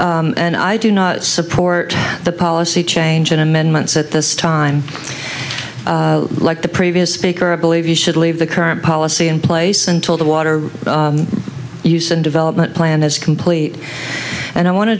firms and i do not support the policy change and amendments at this time like the previous speaker believe you should leave the current policy in place until the water use and development plan is complete and i want to